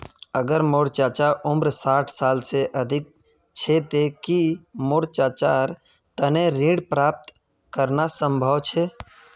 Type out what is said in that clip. अगर मोर चाचा उम्र साठ साल से अधिक छे ते कि मोर चाचार तने ऋण प्राप्त करना संभव छे?